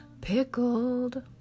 pickled